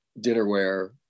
dinnerware